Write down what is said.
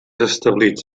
establits